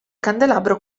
candelabro